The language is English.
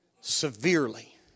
severely